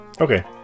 Okay